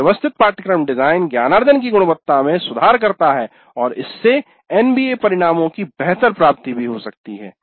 एक व्यवस्थित पाठ्यक्रम डिजाइन ज्ञानार्जन की गुणवत्ता में सुधार करता है और इससे एनबीए परिणामों की बेहतर प्राप्ति भी हो सकती है